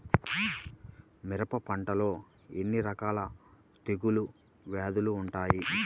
మిరప పంటలో ఎన్ని రకాల తెగులు వ్యాధులు వుంటాయి?